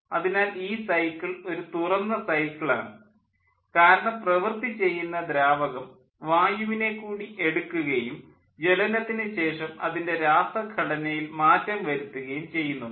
അതിനാൽ ഈ സൈക്കിൾ ഒരു തുറന്ന സൈക്കിൾ ആണ് കാരണം പ്രവൃത്തി ചെയ്യുന്ന ദ്രാവകം വായുവിനെ കൂടി എടുക്കുകയും ജ്വലനത്തിനു ശേഷം അതിൻ്റെ രാസഘടനയിൽ മാറ്റം വരുത്തുകയും ചെയ്യുന്നുണ്ട്